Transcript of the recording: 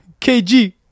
KG